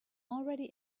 already